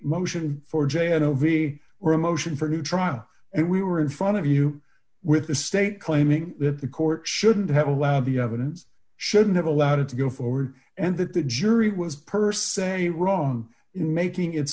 motion for jay and ovi were a motion for new trial and we were in front of you with the state claiming that the court shouldn't have allowed the evidence shouldn't have allowed it to go forward and that the jury was per se wrong in making it